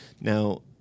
Now